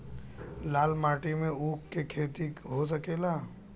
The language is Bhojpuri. लाल माटी मे ऊँख के खेती हो सकेला?